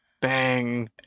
Bang